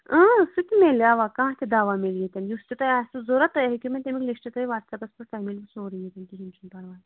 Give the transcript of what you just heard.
سُہ تہِ میلہِ اَوا کانٛہہ تہِ دواہ میلوٕ تۄہہِ یُس تہِ تۄہہِ آسوٕ ضروٗرت تُہۍ ہیٚکِو مےٚ تَمیُک لِسٹ کٔرِتھ مےٚ واٹٔس اَپَس پیٚٹھ تۄہہِ میلوٕ سورُے